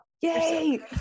yay